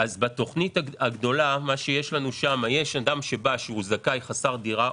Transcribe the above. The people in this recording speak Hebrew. בתוכנית הגדולה יש אדם שהוא זכאי חסר דירה.